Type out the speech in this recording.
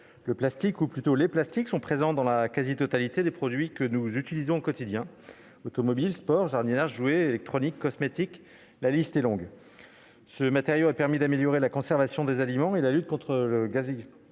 le plastique, ou plutôt les plastiques sont présents dans la quasi-totalité des produits que nous utilisons au quotidien : automobile, sport, jardinage, jouets électroniques, cosmétiques- la liste est longue. Ce matériau a permis d'améliorer la conservation des aliments et la lutte contre le